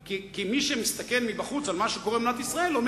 כי מי שמסתכל מבחוץ על מה שקורה במדינת ישראל,